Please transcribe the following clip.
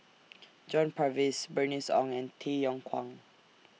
John Purvis Bernice Ong and Tay Yong Kwang